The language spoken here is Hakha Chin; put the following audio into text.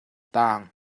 tang